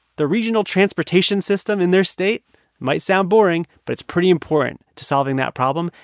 the regional transportation system in their state might sound boring, but it's pretty important to solving that problem.